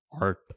art